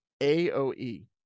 A-O-E